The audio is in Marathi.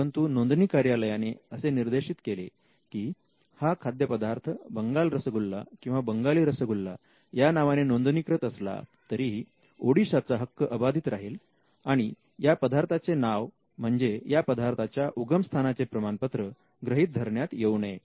परंतु नोंदणी कार्यालयाने असे निर्देशित केले की हा खाद्यपदार्थ बंगाल रसगुल्ला किंवा बंगाली रसगुल्ला या नावाने नोंदणीकृत असला तरीही ओडिशा चा हक्क अबाधित राहील आणि या पदार्थाचे नाव म्हणजे या पदार्थाच्या उगमस्थानाचे प्रमाणपत्र गृहीत धरण्यात येऊ नये